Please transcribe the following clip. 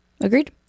Agreed